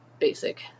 basic